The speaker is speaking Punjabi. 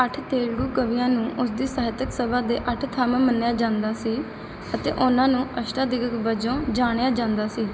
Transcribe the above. ਅੱਠ ਤੇਲਗੂ ਕਵੀਆਂ ਨੂੰ ਉਸ ਦੀ ਸਾਹਿਤਕ ਸਭਾ ਦੇ ਅੱਠ ਥੰਮ੍ਹ ਮੰਨਿਆ ਜਾਂਦਾ ਸੀ ਅਤੇ ਉਨ੍ਹਾਂ ਨੂੰ ਅਸ਼ਟਾਦਿਗਗ ਵਜੋਂ ਜਾਣਿਆ ਜਾਂਦਾ ਸੀ